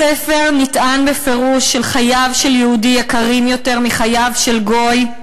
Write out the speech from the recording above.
בספר נטען בפירוש שחייו של יהודי יקרים יותר מחייו של גוי,